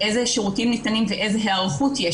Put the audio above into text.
איזה שירותים ניתנים ואיזו היערכות יש